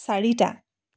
চাৰিটা